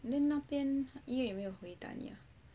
eh 那边医院有没有回答你